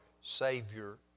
Savior